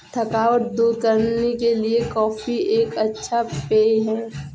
थकावट दूर करने के लिए कॉफी एक अच्छा पेय है